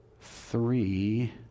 three